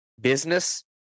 business